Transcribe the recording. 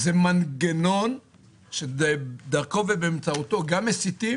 זה מנגנון שדרכו ובאמצעותו גם מסיתים